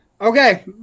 Okay